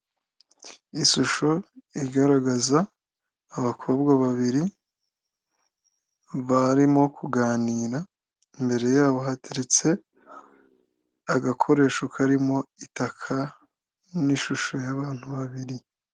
Ishusho igaragaza abakobwa babiri barimo kuganira, imbere yabo hateretse agakoresho karimo itaka n'ishusho y'abantu babiri.